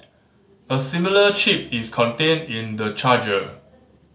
a similar chip is contained in the charger